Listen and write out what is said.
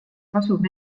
kasum